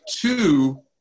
two